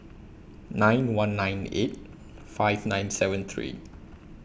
nine one nine eight five nine seven three